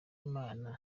imana